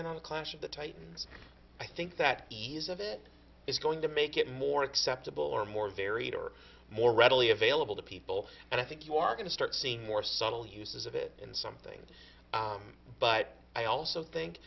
in a clash of the titans i think that ease of it is going to make it more acceptable or more varied or more readily available to people and i think you are going to start seeing more subtle uses of it in some things but i also think